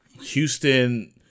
Houston